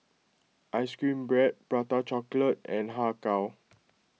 Ice Cream Bread Prata Chocolate and Har Kow